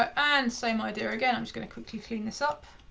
and same idea again, i'm just gonna quickly clean this up.